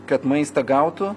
kad maistą gautų